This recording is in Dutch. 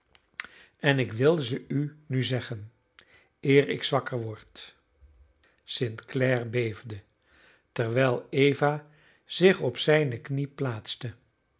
en ik wil ze u nu zeggen eer ik zwakker word st clare beefde terwijl eva zich op zijne knie plaatste